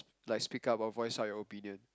like speak up or voice out your opinion